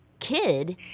kid